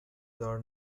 دار